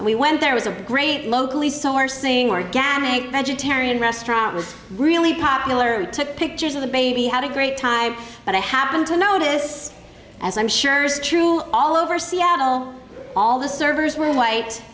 and we went there was a great locally sourcing organic vegetarian restaurant was really popular took pictures of the baby had a great time and i happened to notice as i'm sure is true all over seattle all the servers were white